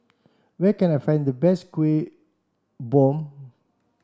where can I find the best Kueh Bom